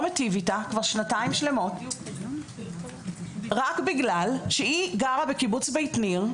מיטיב איתה כבר שנתיים שלמות רק בגלל שהיא גרה בקיבוץ בית ניר,